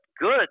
good